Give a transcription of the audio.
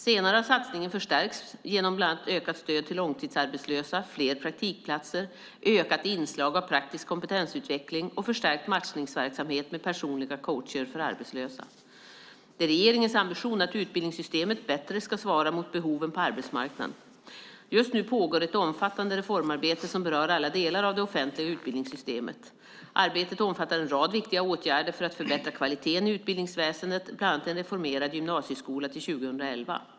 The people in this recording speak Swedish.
Senare har satsningen förstärkts genom bland annat ökat stöd till långtidsarbetslösa, fler praktikplatser, ökat inslag av praktisk kompetensutveckling och förstärkt matchningsverksamhet med personliga coacher för arbetslösa. Det är regeringens ambition att utbildningssystemet bättre ska svara mot behoven på arbetsmarknaden. Just nu pågår ett omfattande reformarbete som berör alla delar av det offentliga utbildningssystemet. Arbetet omfattar en rad viktiga åtgärder för att förbättra kvaliteten i utbildningsväsendet, bland annat en reformerad gymnasieskola till 2011.